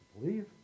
Believe